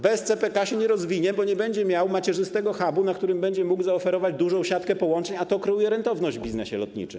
Bez CPK się nie rozwinie, bo nie będzie miał macierzystego hubu, na którym będzie mógł zaoferować dużą siatkę połączeń, a to kreuje rentowność w biznesie lotniczym.